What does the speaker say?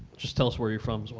just tell us where you're from, so